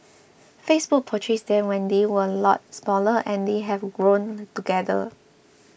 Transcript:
Facebook purchased them when they were lot smaller and they have grown together